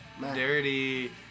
Dirty